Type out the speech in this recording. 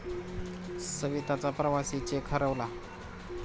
सविताचा प्रवासी चेक हरवला